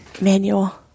manual